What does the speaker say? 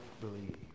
believe